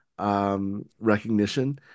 recognition